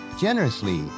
generously